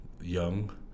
young